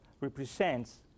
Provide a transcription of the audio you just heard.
represents